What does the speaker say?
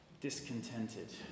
discontented